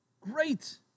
great